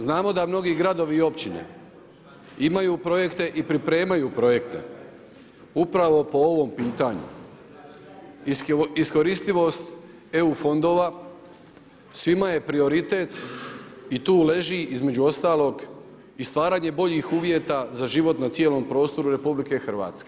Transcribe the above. Znamo da mnogi gradovi i općine imaju projekte i pripremaju projekte upravo po ovom pitanju iskoristivost EU fondova svima je prioritet i tu leži između ostalog i stvaranje boljih uvjeta za život na cijelom prostoru RH.